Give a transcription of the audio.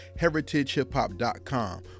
HeritageHipHop.com